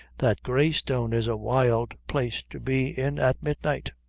that grey stone is a wild place to be in at midnight.